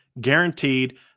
guaranteed